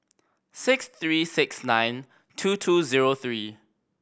six three six nine two two zero three